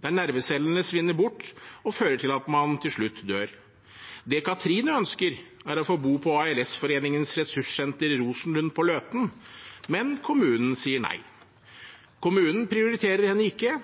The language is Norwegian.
der nervecellene svinner bort og fører til at man til slutt dør. Det Cathrine ønsker, er å få bo på ALS-foreningens ressurssenter, Rosenlund Park, på Løten, men kommunen sier nei. Kommunen prioriterer henne ikke,